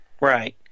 Right